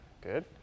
Good